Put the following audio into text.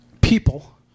people